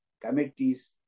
committees